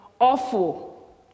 awful